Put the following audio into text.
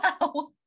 wow